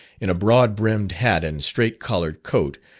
in a broad-brimmed hat and straight collared coat,